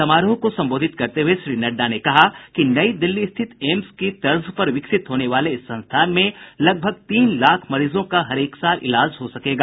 समारोह को संबोधित करते हुये श्री नड्डा ने कहा कि नई दिल्ली स्थित एम्स की तर्ज पर विकसित होने वाले इस संस्थान में लगभग तीन लाख मरीजों का हरेक साल इलाज हो सकेगा